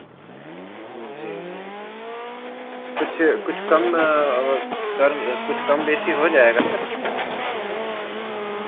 जी जी जी कुछ कुछ कम सर कुछ कम बेसी हो जाएगा सर